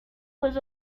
was